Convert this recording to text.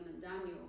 Daniel